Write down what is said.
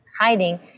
hiding